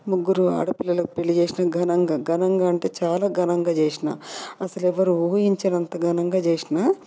ముగ్గురు ఆడపిల్లలకు పెళ్ళి చేసిన ఘనంగా ఘనంగా అంటే చాలా ఘనంగా చేసినా అసలు ఎవరు ఊహించనంత ఘనంగా చేసినా